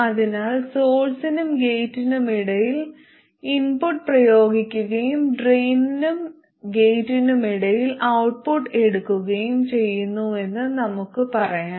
അതിനാൽ സോഴ്സിനും ഗേറ്റിനുമിടയിൽ ഇൻപുട്ട് പ്രയോഗിക്കുകയും ഡ്രെയിനിനും ഗേറ്റിനുമിടയിൽ ഔട്ട്പുട്ട് എടുക്കുകയും ചെയ്യുന്നുവെന്ന് നമുക്ക് പറയാം